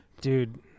Dude